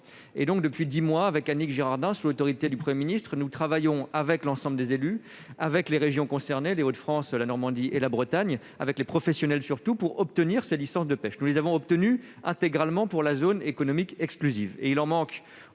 mois. Depuis dix mois, avec Annick Girardin, sous l'autorité du Premier ministre, nous travaillons avec l'ensemble des élus des régions concernées, les Hauts-de-France, la Normandie et la Bretagne, et surtout avec les professionnels, pour obtenir ces licences de pêche. Nous les avons obtenues intégralement pour la zone économique exclusive,